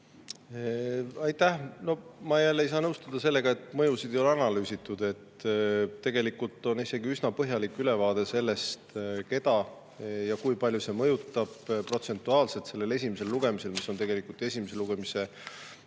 Aitäh! No ma ei saa nõustuda sellega, et mõju ei ole analüüsitud. Tegelikult on isegi üsna põhjalik ülevaade sellest, keda ja kui palju see mõjutab protsentuaalselt. [Eelnõu] esimesel lugemisel – see on tegelikult esimese lugemise